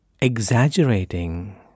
exaggerating